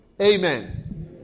Amen